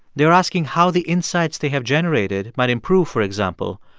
they are asking how the insights they have generated might improve, for example,